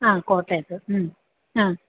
ആ കോട്ടയത്ത് ഉം ആ